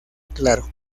claro